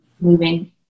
moving